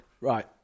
Right